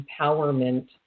empowerment